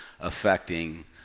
affecting